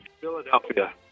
Philadelphia